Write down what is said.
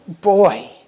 boy